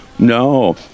No